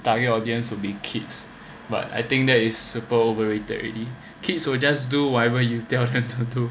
target audience will be kids but I think that is super overrated already kids will just do whatever you tell them to do